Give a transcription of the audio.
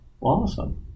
Awesome